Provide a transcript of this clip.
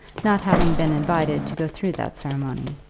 not having been invited to go through that ceremony.